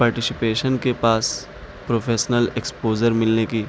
participation کے پاس professional exposure ملنے کی